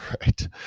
Right